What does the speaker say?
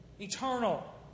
Eternal